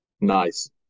Nice